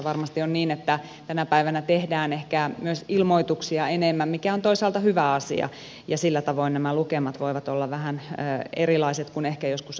varmasti on niin että tänä päivänä tehdään ehkä myös ilmoituksia enemmän mikä on toisaalta hyvä asia ja sillä tavoin nämä lukemat voivat olla vähän erilaiset kuin ehkä joskus aikaisemmin